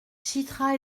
chitra